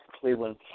Cleveland